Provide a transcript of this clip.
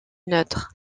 neutre